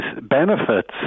benefits